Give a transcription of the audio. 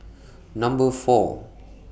Number four